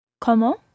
Comment